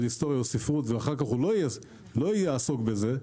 היסטוריה או ספרות ואחר כך לא יעסוק בזה,